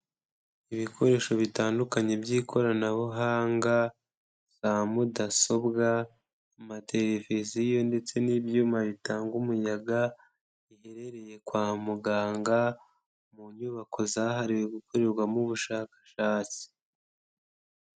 Ibikoresho bitandukanye by'ikoranabuhanga, za mudasobwa mateleviziyo ndetse n'ibyuma bitanga umuyaga, biherereye kwa muganga mu nyubako zahariwe gukorerwamo ubushakashatsi.